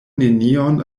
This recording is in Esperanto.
nenion